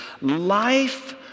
Life